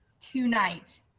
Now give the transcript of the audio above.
tonight